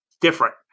different